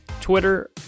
Twitter